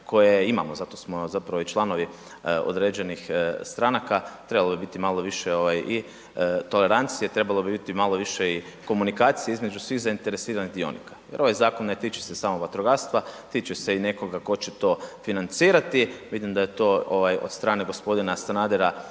koje imamo, zato smo zapravo i članovi određenih stranaka, trebalo bi biti malo više ovaj i tolerancije, trebalo bi biti malo više i komunikacije između svih zainteresiranih dionika. Jer ovaj zakon ne tiče se samo vatrogastva, tiče se i nekoga tko će to financirati. Vidim da je to ovaj od strane gospodina Sanadera